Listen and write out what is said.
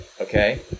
okay